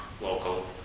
local